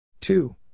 Two